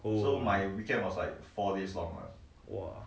oh !whoa!